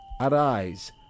Arise